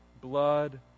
blood